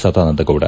Sadananda Gowda